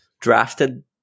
drafted